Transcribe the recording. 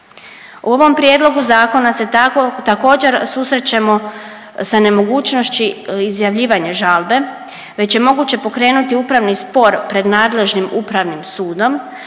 U ovom prijedlogu zakona se tako, također susrećemo sa nemogućnosti izjavljivanja žalbe već je moguće pokrenuti upravni spor pred nadležnim upravnim sudom